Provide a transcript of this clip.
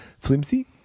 flimsy